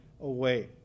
away